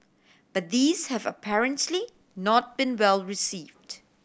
but these have apparently not been well received